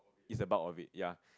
it's the bulk of it ya